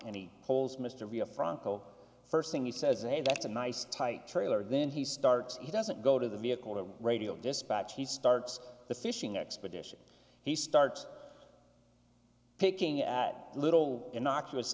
any holes mr via franco first thing he says a that's a nice tight trailer then he starts he doesn't go to the vehicle the radio dispatch he starts the fishing expedition he starts picking at little innocuous